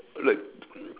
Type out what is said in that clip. like